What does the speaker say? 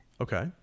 Okay